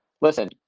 listen